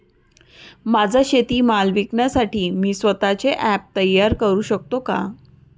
माझा शेतीमाल विकण्यासाठी मी स्वत:चे ॲप तयार करु शकतो का?